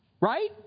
right